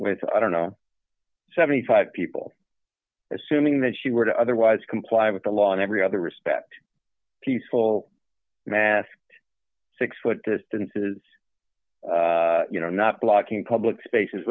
with i don't know seventy five dollars people assuming that she would otherwise comply with the law in every other respect peaceful mass six foot distances you know not blocking public spaces